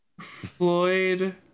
Floyd